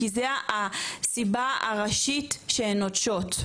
כי זו הסיבה הראשית שהן נוטשות,